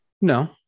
No